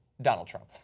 donald trump.